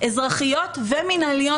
אזרחיות ומנהליות,